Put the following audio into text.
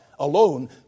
Alone